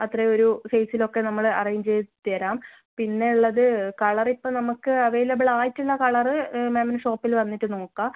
അത്ര ഒരു ഫേയ്സിലൊക്കെ നമ്മൾ അറേഞ്ച് ചെയ്ത് തരാം പിന്നെ ഉള്ളത് കളർ ഇപ്പം നമുക്ക് അവൈലബിൾ ആയിട്ടുള്ള കളർ മാമിന് ഷോപ്പിൽ വന്നിട്ട് നോക്കാം